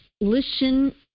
listen